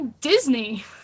Disney